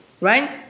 right